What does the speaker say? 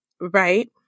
right